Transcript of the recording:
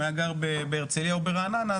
היה גר בהרצליה או ברעננה,